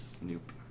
Nope